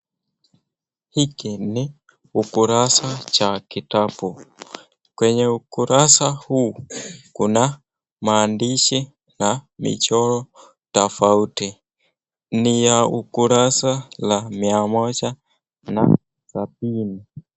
Hiki ni ukurasa wa kitabu kwenye ukurasa huu kuna maandishi na michoro tofauti ni ya ukurasa la mia moja na sabini.